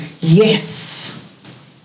yes